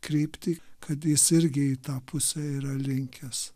kryptį kad jis irgi į tą pusę yra linkęs